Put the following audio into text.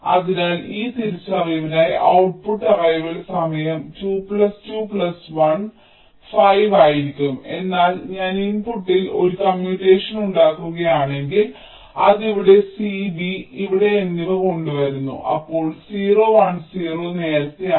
അതിനാൽ ഈ തിരിച്ചറിവിനായി ഔട്ട്പുട്ട് അറൈവൽ സമയം 2 2 1 5 ആയിരിക്കും എന്നാൽ ഞാൻ ഇൻപുട്ടിൽ ഒരു കമ്മ്യൂട്ടേഷൻ ഉണ്ടാക്കുകയാണെങ്കിൽ അത് ഇവിടെ c b ഇവിടെ എന്നിവ കൊണ്ടുവരുന്നു അപ്പോൾ 0 1 0 നേരത്തെയാണ്